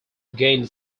gained